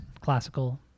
Classical